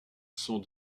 sont